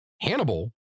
Hannibal